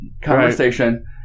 conversation